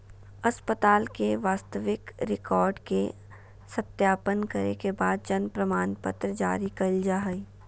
अस्पताल के वास्तविक रिकार्ड के सत्यापन करे के बाद जन्म प्रमाणपत्र जारी कइल जा हइ